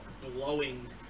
blowing